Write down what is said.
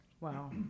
Wow